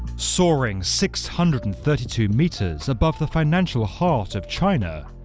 soaring six hundred and thirty two metres above the financial heart of china,